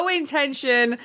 intention